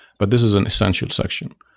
but this is an essential section.